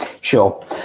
Sure